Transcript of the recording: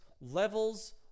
levels